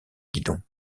guidon